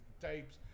tapes